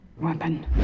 Weapon